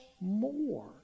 more